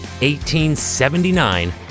1879